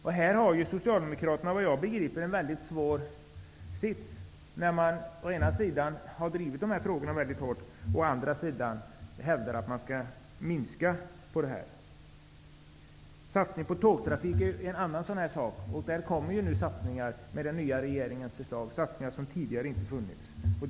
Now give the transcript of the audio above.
Vad jag förstår har Socialdemokraterna hamnat i en svår situation när man å ena sidan har drivit dessa frågor väldigt hårt och man å andra sidan hävdar att man skall minska utsläppen. Satsning på tågtrafik är en fråga. Där gör nuvarande regering satsningar som tidigare inte har gjorts.